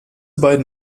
beiden